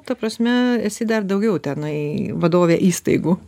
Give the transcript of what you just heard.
ta prasme esi dar daugiau tenai vadovė įstaigų